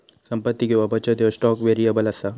संपत्ती किंवा बचत ह्यो स्टॉक व्हेरिएबल असा